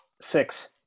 Six